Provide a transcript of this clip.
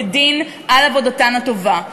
בדין על עבודתן הטובה.